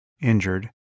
injured